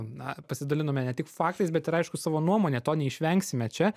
na pasidalinome ne tik faktais bet ir aišku savo nuomone to neišvengsime čia